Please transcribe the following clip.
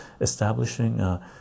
establishing